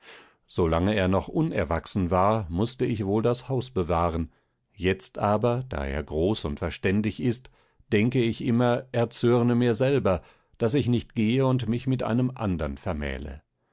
er noch unerwachsen war mußte ich wohl das haus bewahren jetzt aber da er groß und verständig ist denke ich immer er zürne mir selber daß ich nicht gehe und mich mit einem andern vermähle